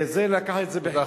וצריך לקחת את זה בחשבון.